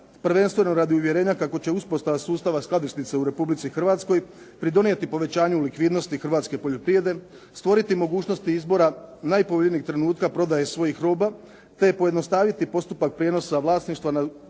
prvenstveno radi uvjerenja kako će uspostava sustava skladišnice u Republici Hrvatskoj pridonijeti povećanju likvidnosti hrvatske poljoprivrede, stvoriti mogućnosti izbora najpovoljnijeg trenutka prodaje svojih roba, te pojednostaviti postupak prijenosa vlasništva nad